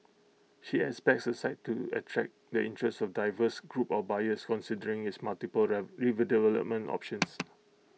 she expects the site to attract the interest of diverse group of buyers considering its multiple redevelopment options